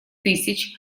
тысяч